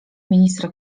ministra